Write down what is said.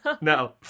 No